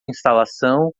instalação